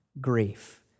grief